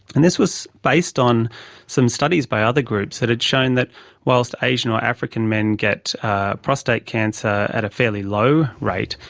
and this was based on some studies by other groups that had shown that whilst asian or african men get prostate cancer at a fairly low rate,